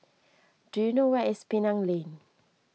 do you know where is Penang Lane